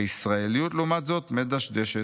הישראליות, לעומת זאת, מדשדשת.